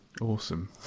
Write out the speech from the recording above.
Awesome